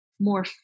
more